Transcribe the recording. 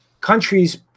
countries